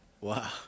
Wow